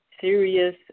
serious